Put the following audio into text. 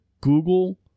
Google